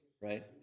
Right